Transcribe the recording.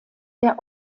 der